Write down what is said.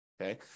okay